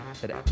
today